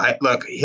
Look